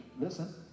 listen